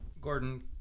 Gordon